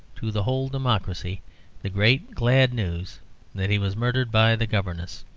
to the whole democracy the great glad news that he was murdered by the governess.